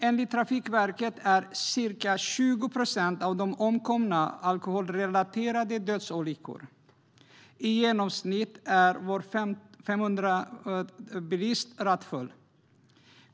Enligt Trafikverket har 20 procent av de omkomna varit med i alkoholrelaterade dödsolyckor. I genomsnitt är var 500:e bilist rattfull.